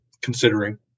considering